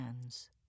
hands